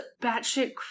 batshit